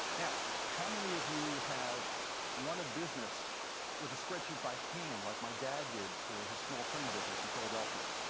now, how many of you have run a business with a spreadsheet by hand, like my dad did for his small printing business in philadelphia?